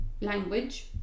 language